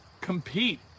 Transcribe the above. compete